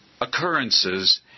occurrences